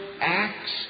acts